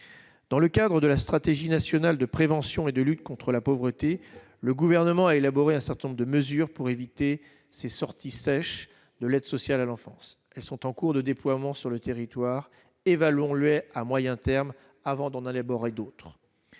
dans le cadre de la stratégie nationale de prévention et de lutte contre la pauvreté, le gouvernement a élaboré un certain nombre de mesures pour éviter ces sorties sèches de l'aide sociale à l'enfance, elles sont en cours de déploiement sur le territoire et Valon, lui, à moyen terme, avant d'on allait bords et d'autres